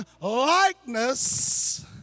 likeness